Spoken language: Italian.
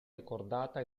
ricordata